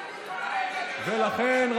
ולכן,